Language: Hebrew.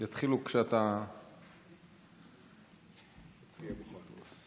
הן יתחילו כשאתה תהיה מוכן.